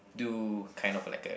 do kind of like a